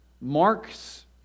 Mark's